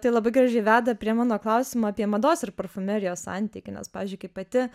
tai labai gražiai veda prie mano klausimą apie mados ir parfumerijos santykį nes pavyzdžiui kai pati